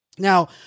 Now